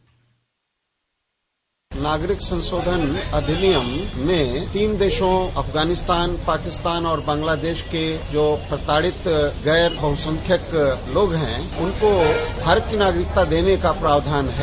bite नागरिकता संशोधन अधिनियम ने तीन देशों अफगानिस्तान पाकिस्तान और बांग्लादेश के जो प्रताड़ित जो गैर बहुसंख्यक लोग हैं उनको भारत की नागरिकता देने का प्राविधान है